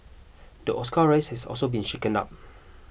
the Oscar race has also been shaken down